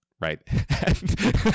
right